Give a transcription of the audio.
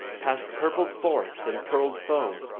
past purpled forest and pearled foam,